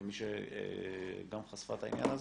כמי שגם חשפה את העניין הזה,